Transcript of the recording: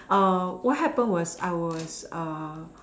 what happened was I was